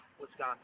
Wisconsin